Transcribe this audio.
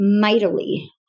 mightily